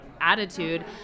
attitude